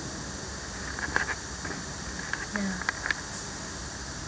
ya